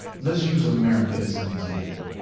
let's use america as an example.